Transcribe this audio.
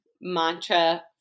mantra